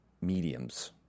mediums